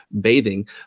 bathing